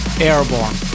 Airborne